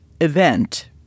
event